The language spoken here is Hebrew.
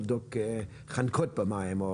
לבדוק חנקות במים.